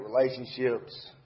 relationships